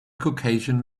caucasian